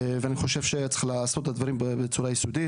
אני חושב שצריך לעשות את הדברים בצורה יסודית,